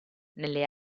nelle